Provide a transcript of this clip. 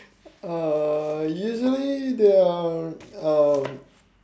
uh usually the um